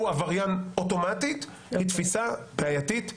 הוא עבריין אוטומטית, היא תפיסה בעייתית תמיד.